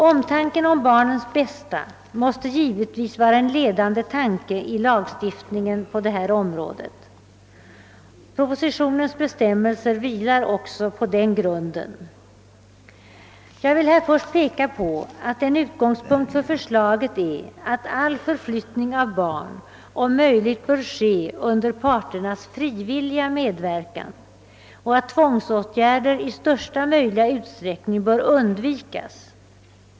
Omtanken om barnens bästa måste givetvis vara en ledande tanke i lagstiftningen på detta område. Propositionens bestämmelser vilar också på den grunden. Jag vill här först peka på att en utgångspunkt för förslaget är att all förflyttning av barn om möjligt bör ske under parternas frivilliga medverkan och att tvångsåtgärder i största möjliga utsträckning bör undvikas.